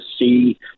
see –